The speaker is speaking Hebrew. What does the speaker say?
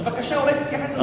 אז בבקשה, אולי תתייחס לזה.